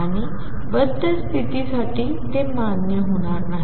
आणि बद्ध स्तिथीसाठी ते मान्य होणार नाही